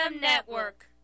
Network